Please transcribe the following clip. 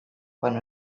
quan